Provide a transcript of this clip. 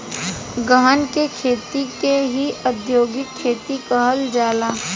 गहन के खेती के ही औधोगिक खेती कहल जाला